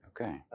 Okay